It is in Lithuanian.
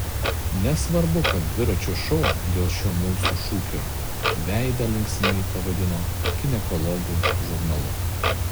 nesvarbu kad dviračio šou dėl šio mūsų šūkio veidą linksmai pavadino ginekologų žurnalu